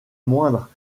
moindre